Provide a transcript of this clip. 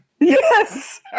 Yes